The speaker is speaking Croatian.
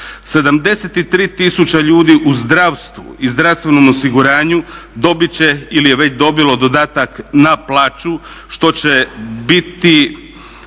73000 ljudi u zdravstvu i zdravstvenom osiguranju dobit će ili je već dobilo dodatak na plaću što će biti